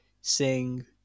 sing